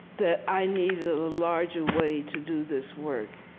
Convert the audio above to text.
that i needed a larger way to do this work,